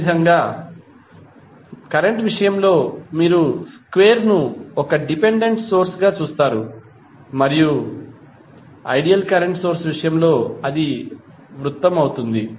అదేవిధంగా కరెంట్ విషయంలో మీరు స్క్వేర్ ను ఒక డిపెండెంట్ కరెంట్ సోర్స్ గా చూస్తారు మరియు ఐడియల్ కరెంట్ సోర్స్ విషయంలో అది వృత్తం అవుతుంది